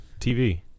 TV